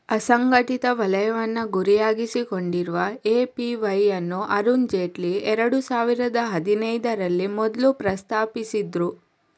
ಅಸಂಘಟಿತ ವಲಯವನ್ನ ಗುರಿಯಾಗಿಸಿಕೊಂಡಿರುವ ಎ.ಪಿ.ವೈ ಅನ್ನು ಅರುಣ್ ಜೇಟ್ಲಿ ಎರಡು ಸಾವಿರದ ಹದಿನೈದರಲ್ಲಿ ಮೊದ್ಲು ಪ್ರಸ್ತಾಪಿಸಿದ್ರು